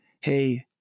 hey